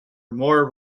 more